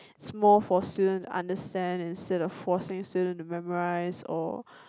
small for student to understand instead of forcing student to memorize or